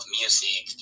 music